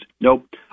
Nope